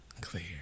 Clear